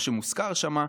מה שמוזכר שם,